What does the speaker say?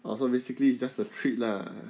oh so basically it's just a treat lah